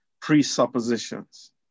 presuppositions